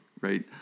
right